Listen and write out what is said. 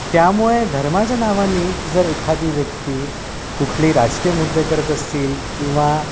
त्यामुळे धर्माच्या नावाने जर एखादी व्यक्ती कुठली राजकीय मुद्दे करत असतील किंवा